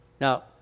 Now